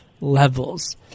levels